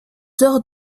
heures